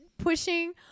Pushing